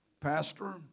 pastor